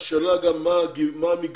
השאלה גם מה מגוון